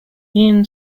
ian